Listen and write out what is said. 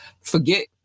Forget